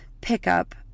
pickup